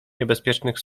niebezpiecznych